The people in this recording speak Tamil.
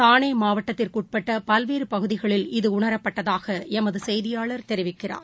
தானே மாவட்டத்திற்குட்பட்ட பல்வேறு பகுதிகளில் இது உணரப்பட்டதாக எமது செய்தியாளர் தெரிவிக்கிறார்